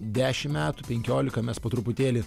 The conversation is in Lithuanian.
dešim metų penkiolika mes po truputėlį